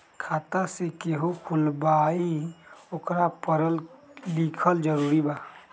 खाता जे केहु खुलवाई ओकरा परल लिखल जरूरी वा?